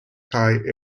thai